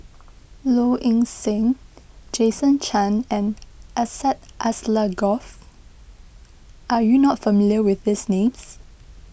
Low Ing Sing Jason Chan and Syed Alsagoff are you not familiar with these names